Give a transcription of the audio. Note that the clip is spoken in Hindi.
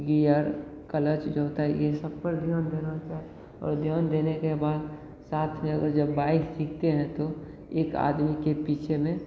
गियर क्लच जो होता है ये सब पर ध्यान देना चाह और ध्यान देने के बाद साथ में अगर जब बाइक सीखते हैं तो एक आदमी के पीछे में